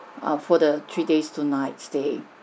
err for the three days two nights stay